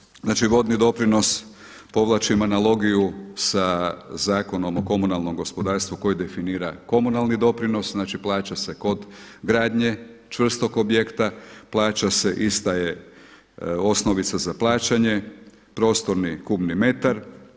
Što se tiče znači vodni doprinos, povlačim analogiju sa Zakonom o komunalnom gospodarstvu koji definira komunalni doprinos, znači plaća se kod gradnje čvrstog objekta, plaća se ista je osnovica za plaćanje, prostorni kubni metar.